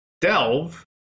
Delve